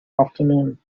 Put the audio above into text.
afternoon